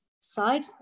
side